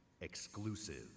Exclusive